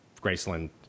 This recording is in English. Graceland